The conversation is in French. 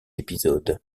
épisodes